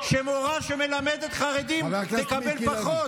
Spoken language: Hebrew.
לא, שמורה שמלמדת חרדים תקבל פחות?